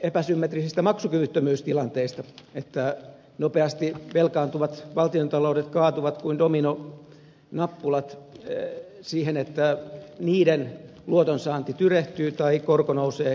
epäsymmetrisistä maksukyvyttömyystilanteista että nopeasti velkaantuvat valtiontaloudet kaatuvat kuin dominonappulat siihen että niiden luotonsaanti tyrehtyy tai korko nousee taivaisiin